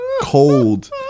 cold